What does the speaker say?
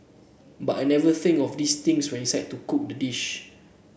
but I never think of these things when I decide to cook the dish